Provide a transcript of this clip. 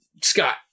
Scott